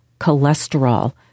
cholesterol